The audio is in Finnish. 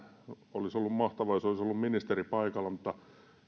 olisi ollut mahtavaa jos olisi ollut ministeri paikalla mutta